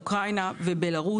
אוקראינה ובלארוס,